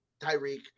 Tyreek